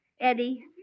Eddie